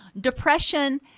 Depression